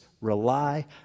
rely